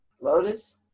lotus